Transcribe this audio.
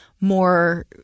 more